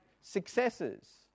successes